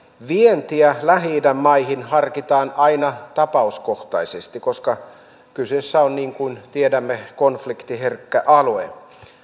vientiä lähi idän maihin harkitaan aina tapauskohtaisesti koska kyseessä on niin kuin tiedämme konfliktiherkkä alue